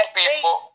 people